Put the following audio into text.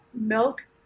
milk